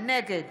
נגד